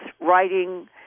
writing